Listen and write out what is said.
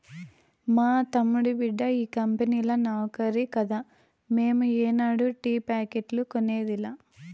మా తమ్ముడి బిడ్డ ఈ కంపెనీల నౌకరి కదా మేము ఏనాడు టీ ప్యాకెట్లు కొనేదిలా